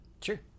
Sure